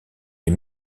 les